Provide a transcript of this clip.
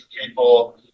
people